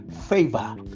favor